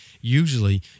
usually